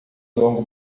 longo